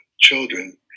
children